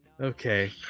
Okay